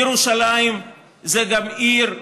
ירושלים היא גם עיר חיה,